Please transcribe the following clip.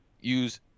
use